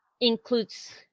includes